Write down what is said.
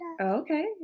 Okay